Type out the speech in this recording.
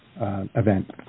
event